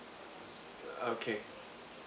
okay